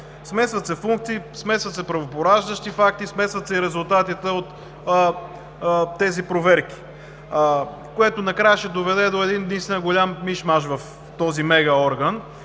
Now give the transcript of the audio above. Смесват се функции, смесват се правопораждащи факти, смесват се и резултатите от тези проверки, което накрая ще доведе до един голям миш-маш в този мегаорган.